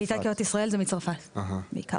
קליטת קהילות ישראל זה מצרפת בעיקר.